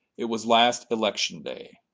it was last election day.